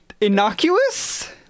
innocuous